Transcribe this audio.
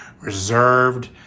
reserved